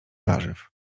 warzyw